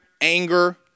anger